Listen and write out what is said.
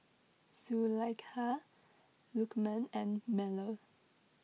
Zulaikha Lukman and Melur